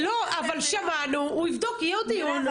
מירב,